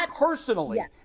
personally